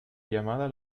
llamada